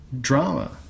drama